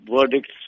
verdicts